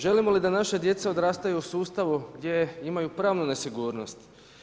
Želimo li da naša djeca odrastaju u sustavu gdje imaju pravnu nesigurnost?